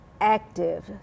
active